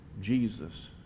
Jesus